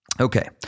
Okay